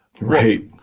Right